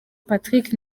patrick